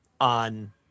on